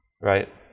Right